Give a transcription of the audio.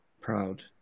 proud